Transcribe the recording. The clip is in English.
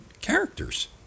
characters